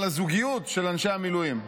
על הזוגיות של אנשי המילואים.